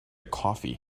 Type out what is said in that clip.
coffee